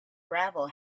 gravel